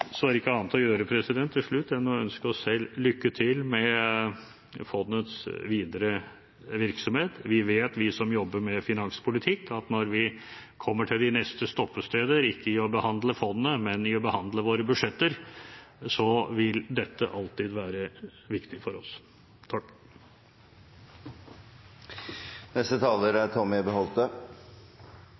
Så er det ikke annet å gjøre til slutt enn å ønske oss selv lykke til med fondets videre virksomhet. Vi vet, vi som jobber med finanspolitikk, at når vi kommer til de neste stoppesteder – ikke i å behandle fondet, men i å behandle våre budsjetter – vil dette alltid være viktig for oss.